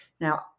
Now